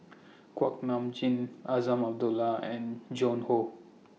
Kuak Nam Jin Azman Abdullah and Joan Hon